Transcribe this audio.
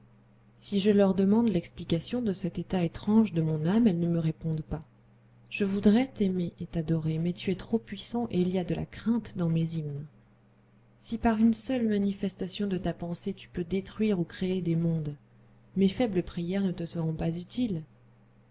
si je leur demande l'explication de cet état étrange de mon âme elles ne me répondent pas je voudrais t'aimer et t'adorer mais tu es trop puissant et il y a de la crainte dans mes hymnes si par une seule manifestation de ta pensée tu peux détruire ou créer des mondes mes faibles prières ne te seront pas utiles